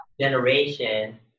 Generation